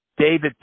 David